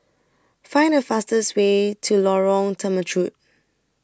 Find The fastest Way to Lorong Temechut